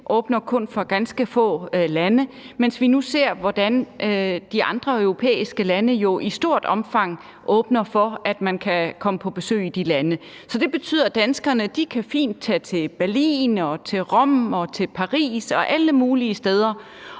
åbner kun for ganske få lande, mens vi nu ser, hvordan de andre europæiske lande jo i stort omfang åbner for, at man kan komme på besøg i de lande. Det betyder, at danskerne fint kan tage til Berlin, til Rom, til Paris og til alle mulige steder.